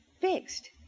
fixed